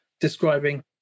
describing